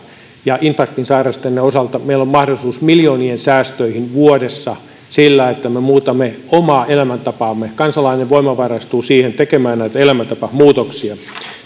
ja infarktin sairastaneiden osalta meillä on mahdollisuus miljoonien säästöihin vuodessa sillä että me muutamme omaa elämäntapaamme kansalainen voimavaraistuu siihen tekemään näitä elämäntapamuutoksia tämä